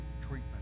treatment